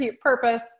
purpose